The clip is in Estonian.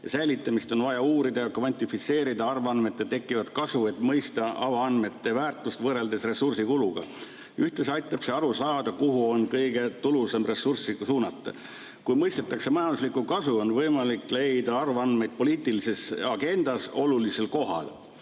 ja säilitamist, on vaja uurida ja kvantifitseerida avaandmetest tekkivat kasu, et mõista avaandmete väärtust võrreldes ressursikuluga. Ühtlasi aitab see aru saada, kuhu on kõige tulusam ressursse suunata. Kui mõistetakse majanduslikku kasu, on võimalik hoida avaandmeid poliitilises agendas olulisel kohal."